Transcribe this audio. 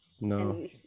No